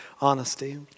honesty